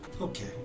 Okay